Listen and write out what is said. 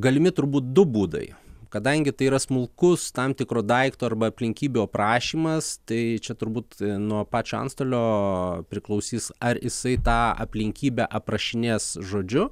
galimi turbūt du būdai kadangi tai yra smulkus tam tikro daikto arba aplinkybių aprašymas tai čia turbūt nuo pačio antstolio priklausys ar jisai tą aplinkybę aprašinės žodžiu